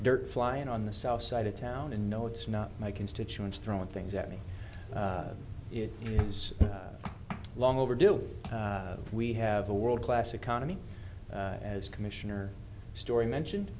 dirt flying on the south side of town and no it's not my constituents throwing things at me it is long overdue we have a world class economy as commissioner story mentioned